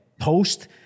post